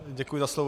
Děkuji za slovo.